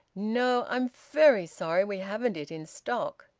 no, i'm very sorry, we haven't it in stock.